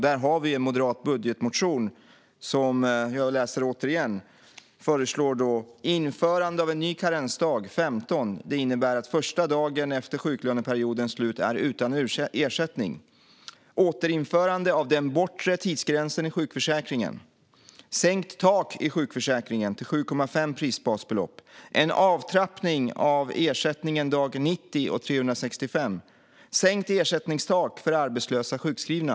Det finns en moderat budgetmotion - jag läser den återigen - där man föreslår införande av en ny karensdag vid dag 15. Det innebär att första dagen efter sjuklöneperiodens slut är utan ersättning. Man föreslår återinförande av den bortre tidsgränsen i sjukförsäkringen och sänkt tak i sjukförsäkringen till 7,5 prisbasbelopp. Man föreslår en avtrappning av ersättningen dag 90 och dag 365 samt sänkt ersättningstak för arbetslösa sjukskrivna.